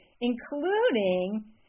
including